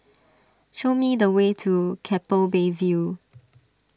show me the way to Keppel Bay View